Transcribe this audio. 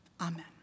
Amen